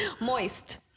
Moist